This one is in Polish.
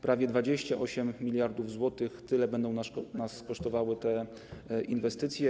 Prawie 28 mld zł - tyle będą nas kosztowały te inwestycje.